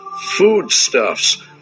foodstuffs